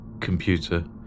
Computer